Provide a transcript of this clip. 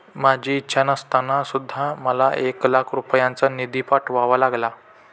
माझी इच्छा नसताना सुद्धा मला एक लाख रुपयांचा निधी पाठवावा लागला